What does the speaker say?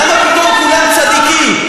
למה פתאום כולם צדיקים?